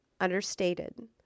understated